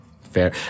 Fair